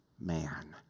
man